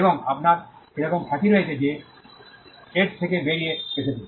এবং আপনার একরকম খ্যাতি রয়েছে যা এর থেকে বেরিয়ে এসেছে